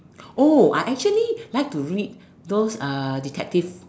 oh I actually like to read those uh detective